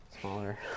smaller